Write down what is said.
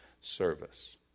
service